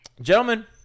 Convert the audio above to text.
gentlemen